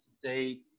today